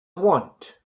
want